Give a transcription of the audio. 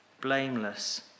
blameless